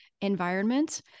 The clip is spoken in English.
environment